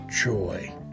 joy